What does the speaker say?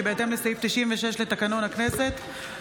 כי בהתאם לסעיף 96 לתקנון הכנסת,